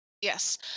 Yes